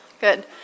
Good